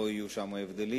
לא יהיו שם הבדלים.